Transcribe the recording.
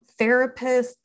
therapists